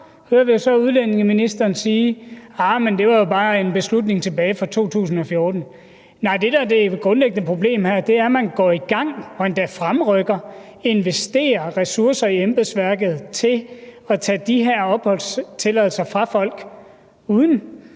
hører vi så udlændingeministeren sige: Arh, men det var jo bare en beslutning tilbage fra 2014. Nej, det, der er det grundlæggende problem her, er, at man går i gang og endda fremrykker at investere ressourcer i embedsværket til at tage de her opholdstilladelser fra folk, uden